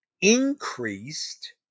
increased